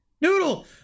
Noodle